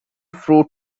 fruit